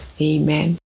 Amen